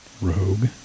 Rogue